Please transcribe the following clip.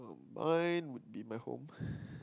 mine would be my home